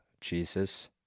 Jesus